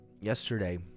yesterday